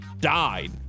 Died